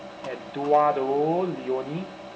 eduardo leoni